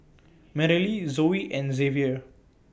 Merrily Zoey and Xzavier